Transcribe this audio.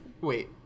wait